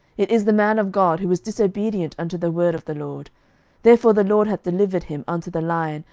it is the man of god, who was disobedient unto the word of the lord therefore the lord hath delivered him unto the lion,